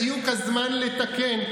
זה בדיוק הזמן לתקן,